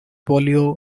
polio